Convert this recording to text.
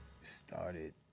started